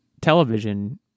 television